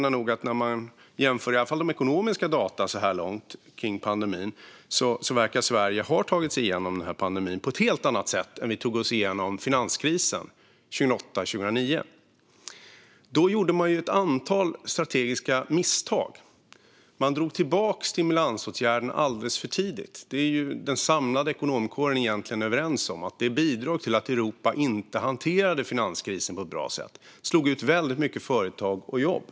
Att döma av jämförelser av ekonomiska data kring denna pandemi så här långt verkar vi i Sverige ha tagit oss igenom den på ett helt annat sätt än det sätt som vi tog oss igenom finanskrisen 2008-2009 på. Då gjorde man ett antal strategiska misstag. Man drog tillbaka stimulansåtgärderna alldeles för tidigt; den samlade ekonomkåren är egentligen överens om att detta bidrog till att Europa inte hanterade finanskrisen på ett bra sätt. Det slog ut väldigt många företag och jobb.